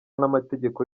n’amategeko